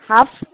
half